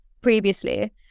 previously